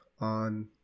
on